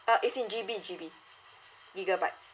uh is in G_B G_B gigabytes